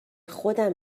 خودم